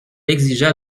exigea